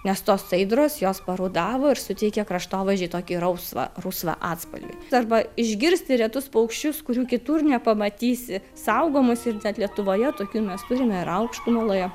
nes tos saidros jos parudavo ir suteikė kraštovaizdžiui tokį rausvą rusvą atspalvį arba išgirsti retus paukščius kurių kitur nepamatysi saugomus ir lietuvoje tokių mes turime ir aukštumaloje